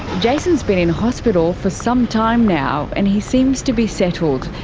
jason's been in hospital for some time now and he seems to be settled.